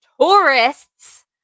tourists